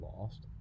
lost